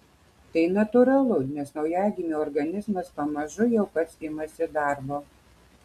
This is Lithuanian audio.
tai natūralu nes naujagimio organizmas pamažu jau pats imasi darbo